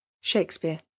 Shakespeare